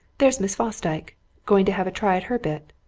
there's miss fosdyke going to have a try at her bit.